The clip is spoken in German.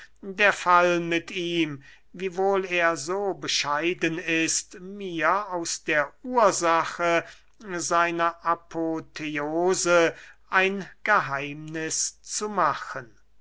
der fall mit ihm wiewohl er so bescheiden ist mir aus der ursache seiner apotheose ein geheimniß zu machen